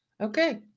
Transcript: okay